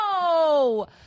No